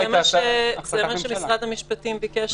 זה מה שמשרד המשפטים ביקש לדייק.